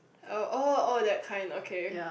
oh oh oh that kind okay